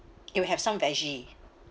it'll have some veggie